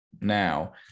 Now